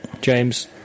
James